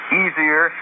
easier